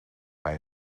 bij